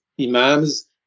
imams